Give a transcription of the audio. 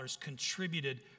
contributed